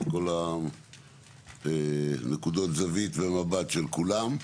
את כל נקודות הזווית והמבט של כולם,